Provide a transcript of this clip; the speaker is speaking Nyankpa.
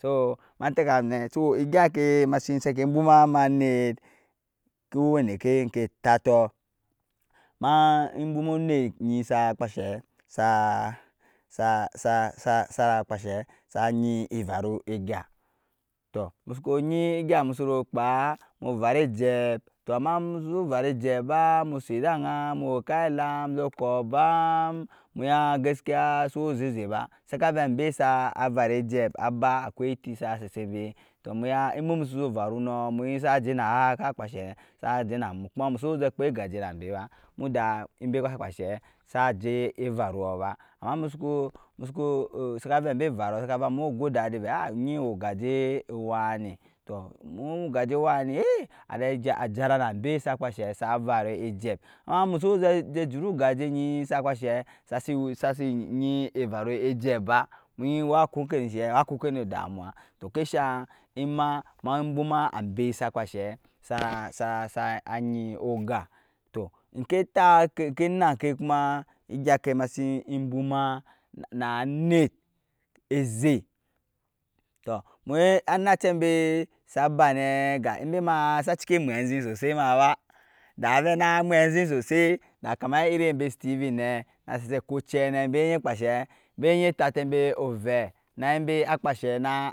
Sɔɔ ma tɛkamu nɛ sɔɔ egyanjkɛ masiki bwuma manɛt ku wɛnɛi kɛ tatɔɔ ma bwumu onɛt sa kpashɛ sa sa sara kpashɛ enyi evaru egya tɔɔ musuku enyi egya musuru kpa mu varu ejɛp tɔɔ ama mususu varu ejɛp ba mu sɛt da agan muwɛ kaelam muzɛ kɔɔ bam gaskiya su zɛi zɛi ba saka vɛi ambɛ sa varu nɔɔ mu enyi sajɛ ka kpashɛ sa jɛ namu tuma musu zɛ kpɛgajɛ nambɛ ba muda embɛsa kpashɛ sa ajɛ ɛvaru ba ama musuku saka vɛi ambɛ vara sakaba mu gɔdadi avɛi agyi wɛi gatɛ ewani tɔɔ mu gajɛ wani ajɛ jara na ambɛ sa kpashɛ sa varu ejip amma musu jɛ juru ogajɛ gyi sasi enyi evaru ɛjip ba mu jyi wa konkai nu damuwa tɔɔ kɛ shang emma ma bwumaambɛ sa kpashɛ sa agyi oga tɔɔ ejkɛ tata kɛ enakɛ kuma egya kɛ masha ebwuma no anɛɛ ezɛ tɔɔ muenyi anacɛbɛ sa ba nɛ embɛ ma sa ciki maɛ anzin sɔsɔɔ ma ba da na vɛi na maiɛ zink sosɔɔ da kama iri bɛ steven nɛ sa sizɛ kɔcɛ nɛ bɛzɛ e kpashɛ bɛenyi tataɛmbɛ ovɛh na bɛ na kpashɛnah,